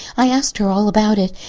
i asked her all about it.